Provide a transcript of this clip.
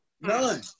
None